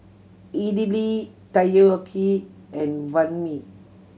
Idili Takoyaki and Banh Mi